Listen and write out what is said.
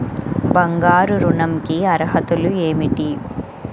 బంగారు ఋణం కి అర్హతలు ఏమిటీ?